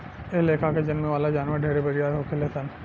एह लेखा से जन्में वाला जानवर ढेरे बरियार होखेलन सन